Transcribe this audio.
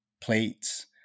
plates